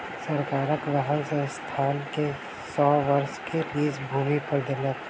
सरकार वाहन संस्थान के सौ वर्ष के लीज भूमि पर देलक